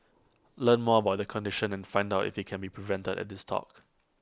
learn more about the condition and find out if IT can be prevented at this talk